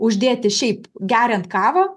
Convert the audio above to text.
uždėti šiaip geriant kavą